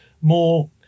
More